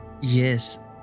Yes